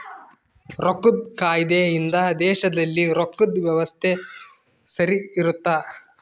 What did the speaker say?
ರೊಕ್ಕದ್ ಕಾಯ್ದೆ ಇಂದ ದೇಶದಲ್ಲಿ ರೊಕ್ಕದ್ ವ್ಯವಸ್ತೆ ಸರಿಗ ಇರುತ್ತ